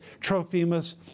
Trophimus